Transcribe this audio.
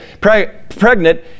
pregnant